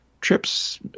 trips